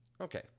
Okay